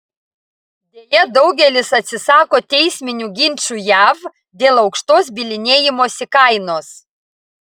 deja daugelis atsisako teisminių ginčų jav dėl aukštos bylinėjimosi kainos